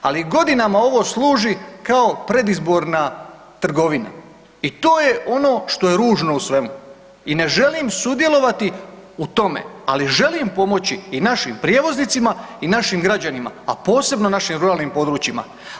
Ali godinama ovo služi kao predizborna trgovina i to je ono što je ružno u svemu i ne želim sudjelovati u tome, ali želim pomoći i našim prijevoznicima i našim građanima, a posebno našim ruralnim područjima.